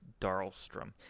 Darlstrom